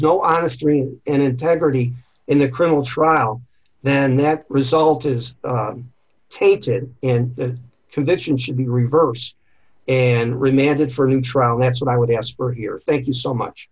no honesty and integrity in the criminal trial then that result is tainted in the conviction should be reversed and remanded for a new trial that's what i would ask for here thank you so much